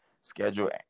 Schedule